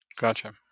Gotcha